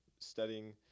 studying